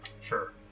Sure